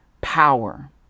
power